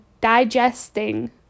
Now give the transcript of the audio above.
digesting